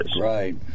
Right